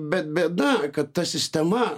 bet bėda kad ta sistema